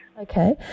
Okay